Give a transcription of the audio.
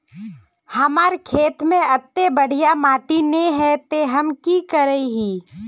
हमर खेत में अत्ते बढ़िया माटी ने है ते हम की करिए?